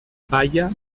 baia